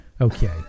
Okay